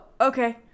okay